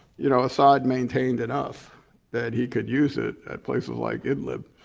you know, assad maintained enough that he could use it at places like idlib.